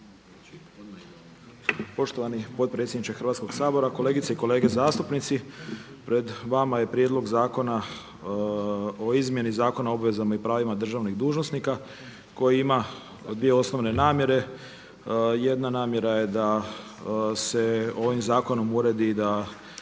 Poštovani potpredsjedniče Hrvatskog sabora, kolegice i kolege zastupnici pred vama je prijedlog Zakona o izmjeni Zakona o obvezama i pravima državnih dužnosnika koji ima dvije osnovne namjere. Jedna namjera je da se ovim zakonom uredi da